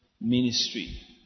ministry